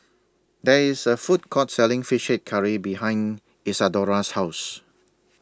There IS A Food Court Selling Fish Head Curry behind Isadora's House